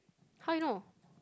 how you know